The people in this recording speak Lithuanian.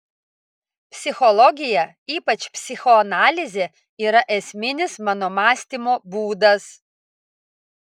psichologija ypač psichoanalizė yra esminis mano mąstymo būdas